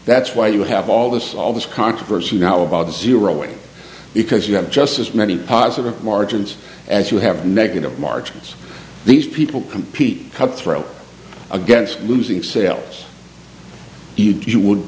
that's why you have all this all this controversy now about zeroing because you have just as many positive margins as you have negative margins these people compete to throw against losing sales e g you would